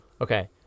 Okay